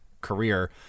career